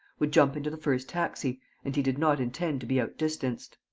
would jump into the first taxi and he did not intend to be outdistanced.